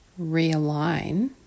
realign